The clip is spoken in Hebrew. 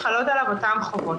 חלות עליו אותן חובות.